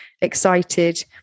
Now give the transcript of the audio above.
excited